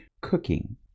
cooking